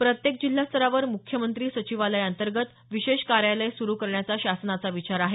प्रत्येक जिल्हा स्तरावर मुख्यमंत्री सचिवालयांतर्गत विशेष कार्यालय सुरू करण्याचा शासनाचा विचार आहे